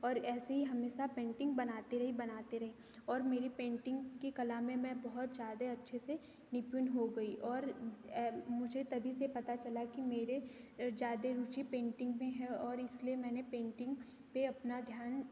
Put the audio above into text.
और ऐसे ही हमेशा पेंटिंग बनाती रही बनाती रही और मेरी पेंटिंग की कला में मैं बहुत ज्यादे अच्छे से निपुण हो गई और मुझे तभी से पता चला कि मेरे ज्यादा रुचि पेंटिंग में है और इसलिए मैंने पेंटिंग पर अपना ध्यान